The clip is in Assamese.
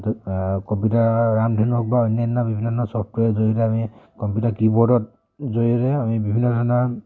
কম্পিউটাৰ ৰামধেনুত বা অন্যান্য বিভিন্ন ধৰণৰ ছফ্টৱেৰৰ জৰিয়তে আমি কম্পিউটাৰ কীব'ৰ্ডত জৰিয়তে আমি বিভিন্ন ধৰণৰ